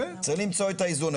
צריך למצוא את האיזון.